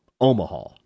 Omaha